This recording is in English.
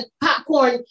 popcorn